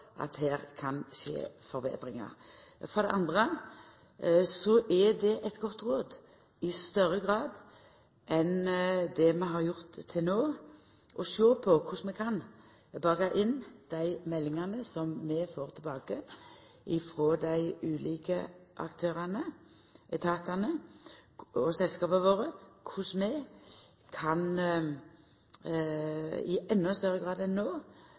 at her kan det skje forbetringar. For det andre er det eit godt råd i større grad enn det vi har gjort til no, å sjå på korleis vi kan baka inn dei meldingane som vi får tilbake frå dei ulike aktørane, etatane og selskapa våre, og i endå større grad enn